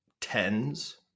tens